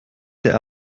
der